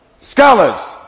scholars